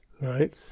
Right